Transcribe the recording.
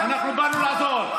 אנחנו באנו לעזור.